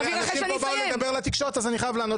אנשים פה באו לדבר לתקשורת אז אני חייב לענות.